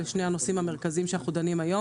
לשני הנושאים המרכזיים שאנחנו דנים היום,